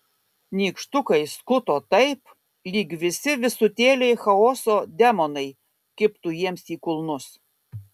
nykštukai skuto taip lyg visi visutėliai chaoso demonai kibtų jiems į kulnus